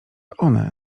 one